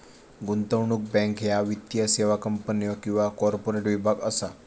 गुंतवणूक बँक ह्या वित्तीय सेवा कंपन्यो किंवा कॉर्पोरेट विभाग असा